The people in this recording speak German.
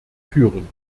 führen